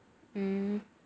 hmm